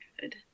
Good